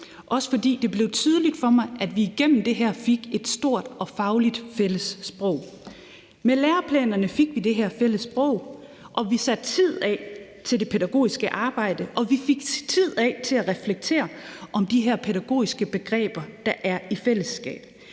også fordi det blev tydeligt for mig, at vi igennem det her fik et stort og fagligt fælles sprog. Med læreplanerne fik vi det her fælles sprog, vi satte tid af til det pædagogiske arbejde, og vi fik tid til i fællesskab at reflektere over de her pædagogiske redskaber, der er.